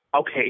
Okay